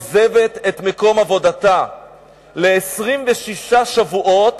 עוזבת את מקום עבודתה ל-26 שבועות,